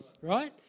Right